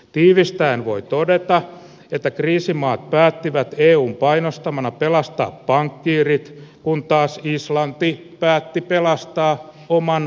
tiivistetään voi todeta että kriisimaat päättivät eun painostamana pelastaa pankkiirit kun taas islanti päätti pelastaa oman